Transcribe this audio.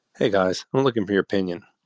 hey guys, i'm looking for your opinion.